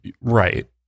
right